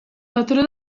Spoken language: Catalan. patró